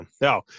No